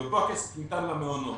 ופה הכסף ניתן למעונות.